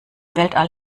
weltall